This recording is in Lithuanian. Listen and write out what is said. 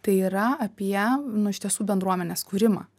tai yra apie nu iš tiesų bendruomenės kūrimą